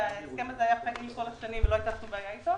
כי ההסכם הזה היה פעיל כל השנים ולא הייתה שום בעיה אתו